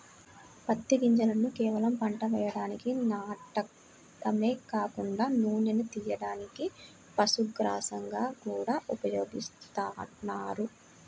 పత్తి గింజలను కేవలం పంట వేయడానికి నాటడమే కాకుండా నూనెను తియ్యడానికి, పశుగ్రాసంగా గూడా ఉపయోగిత్తన్నారు